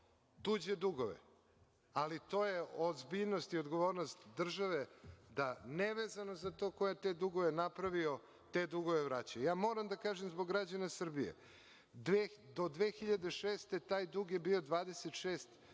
tuđe dugove, ali to je ozbiljnost i odgovornost države da nevezano za to ko je te dugove napravio, te dugove vraća. Ja moram da kažem, zbog građana Srbije, do 2006. godine taj dug je bio 26